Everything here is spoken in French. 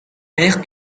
mère